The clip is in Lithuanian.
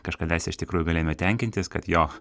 kažkadaise iš tikrųjų galėjome tenkintis kad jo